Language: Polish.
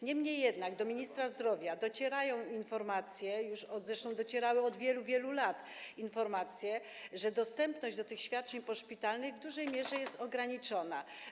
Niemniej jednak do ministra zdrowia docierają informacje - już zresztą docierały od wielu, wielu lat - że dostępność tych świadczeń poszpitalnych w dużej mierze jest ograniczona.